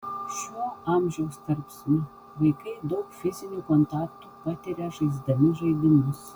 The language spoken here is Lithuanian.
šiuo amžiaus tarpsniu vaikai daug fizinių kontaktų patiria žaisdami žaidimus